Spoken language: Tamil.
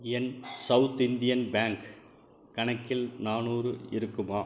என் சவுத் இந்தியன் பேங்க் கணக்கில் நானூறு இருக்குமா